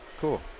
Cool